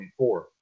24